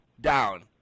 down